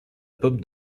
pomme